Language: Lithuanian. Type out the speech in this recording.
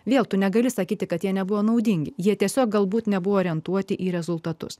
vėl tu negali sakyti kad jie nebuvo naudingi jie tiesiog galbūt nebuvo orientuoti į rezultatus